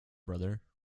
brother